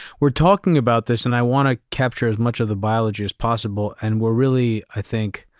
we're talking about this and i want to capture as much of the biology as possible and we're really, i think,